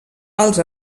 als